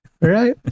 Right